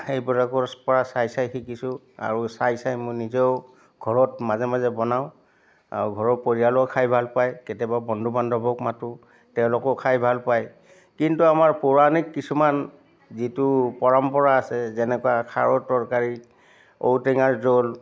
সেইবিলাকৰ পৰা চাই চাই শিকিছোঁ আৰু চাই চাই মই নিজেও ঘৰত মাজে মাজে বনাওঁ আৰু ঘৰৰ পৰিয়ালেও খাই ভাল পায় কেতিয়াবা বন্ধু বান্ধৱক মাতোঁ তেওঁলোকেও খাই ভাল পায় কিন্তু আমাৰ পৌৰাণিক কিছুমান যিটো পৰম্পৰা আছে যেনেকুৱা খাৰৰ তৰকাৰী ঔ টেঙাৰ জোল